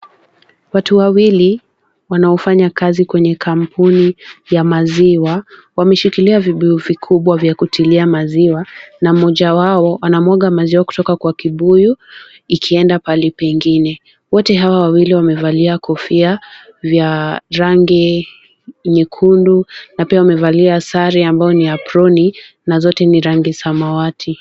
Watu wawili wanaofanya kazi kwenye kampuni ya maziwa wameshikilia vibuyu vikubwa vya kutilia maziwa na mmoja wao anamwaga maziwa kutoka kwa kibuyu ikienda pahali pengine. Wote hawa wawili wamevalia kofia ya rangi nyekundu na pia wamevalia sare ambayo ni aproni na zote ni rangi samawati.